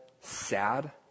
Sad